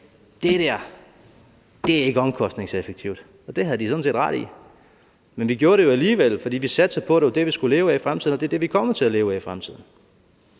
Dét der er ikke omkostningseffektivt. Og det havde de sådan set ret i. Men vi gjorde det jo alligevel, fordi vi satsede på, at det var det, vi skulle leve af i fremtiden, og det er det, vi er kommet til at leve af i fremtiden.